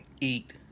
eat